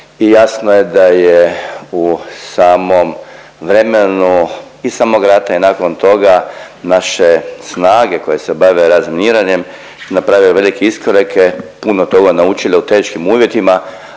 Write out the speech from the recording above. i jasno je da je u samom vremenu i samog rata i nakon toga, naše snage koje se bave razminiranjem napravile velike iskorake, puno toga naučili u teškim uvjetima,